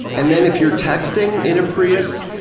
and then if you're texting? in a prius?